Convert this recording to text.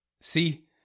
see